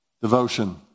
devotion